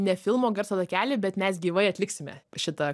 ne filmo garso takely bet mes gyvai atliksime šitą